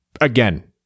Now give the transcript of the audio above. again